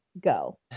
Go